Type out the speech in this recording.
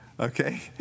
Okay